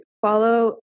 follow